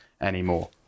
anymore